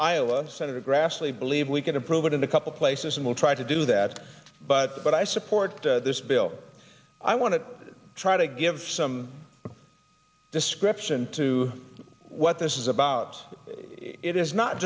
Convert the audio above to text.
iowa senator grassley believe we can improve it in a couple places and we'll try to do that but but i support this bill i want to try to give some description to what this is about it is not